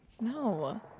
No